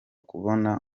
kuboneka